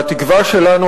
והתקווה שלנו,